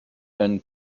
and